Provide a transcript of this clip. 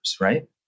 right